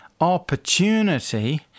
opportunity